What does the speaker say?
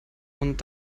und